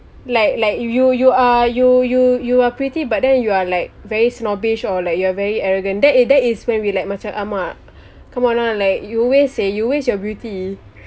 like like you you are you you you are pretty but then you are like very snobbish or like you are very arrogant and that that is when we like macam !alamak! come on lah you waste you waste your beauty